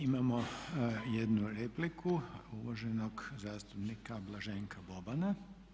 Imamo jednu repliku uvaženog zastupnika Blaženka Bobana.